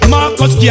Marcus